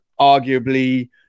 arguably